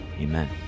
Amen